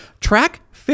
Track